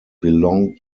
belonged